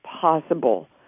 possible